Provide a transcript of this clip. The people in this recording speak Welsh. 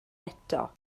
eto